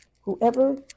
whoever